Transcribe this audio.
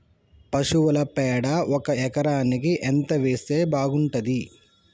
పశువుల పేడ ఒక ఎకరానికి ఎంత వేస్తే బాగుంటది?